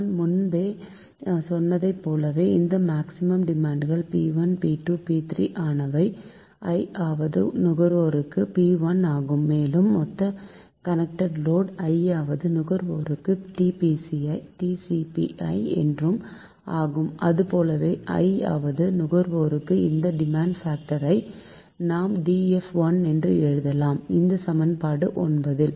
நான் முன்பே சொன்னதை போல இந்த மேக்சிமம் டிமாண்ட்கள் P1 P2 P3 ஆனவை i யாவது நுகர்வோருக்கு Pi ஆகும் மேலும் மொத்த கனெக்டட் லோடு i யாவது நுகர்வோருக்கு TCPiஎன்று ஆகும் அதுபோலவே i யாவது நுகர்வோருக்கு இந்த டிமாண்ட் பாக்டர் ஐ நாம் DFi என்று எழுதலாம் இந்த சமன்பாடு 9 ல்